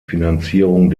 finanzierung